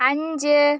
അഞ്ച്